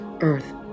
earth